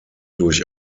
durch